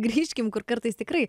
grįžkim kur kartais tikrai